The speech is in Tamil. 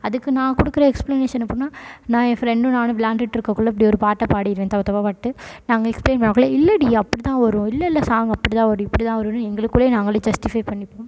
அதுக்கு நான் கொடுக்கற எக்ஸ்ப்ளனேஷன் அப்படின்னா நான் என் ஃப்ரெண்டு நானும் விளாண்டுட்டுருக்கக்குள்ள இப்படி ஒரு பாட்டை பாடிடுவேன் தப்பு தப்பாக பாடிவிட்டு நான் அங்கே எக்ஸ்ப்ளைன் பண்ணக்குள்ளே இல்லைடி அப்படி தான் வரும் இல்லைல்ல சாங் அப்படி தான் வரும் இப்படி தான் வரும்ன்னு எங்களுக்குள்ளேயே நாங்களே ஜஸ்டிஃபை பண்ணிப்போம்